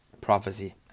prophecy